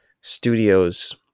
studios